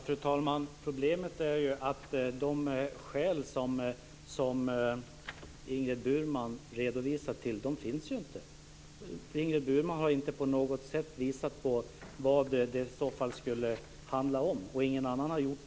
Fru talman! Problemet är ju att de skäl som Ingrid Burman redovisar inte finns. Ingrid Burman har inte på något sätt visat vad det i så fall skulle handla om. Det har ingen annan heller gjort.